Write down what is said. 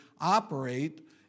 operate